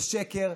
זה שקר,